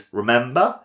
remember